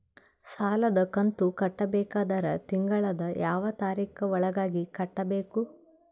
ಸಾಲದ ಕಂತು ಕಟ್ಟಬೇಕಾದರ ತಿಂಗಳದ ಯಾವ ತಾರೀಖ ಒಳಗಾಗಿ ಕಟ್ಟಬೇಕು?